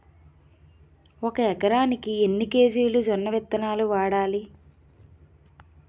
ఒక ఎకరానికి ఎన్ని కేజీలు జొన్నవిత్తనాలు వాడాలి?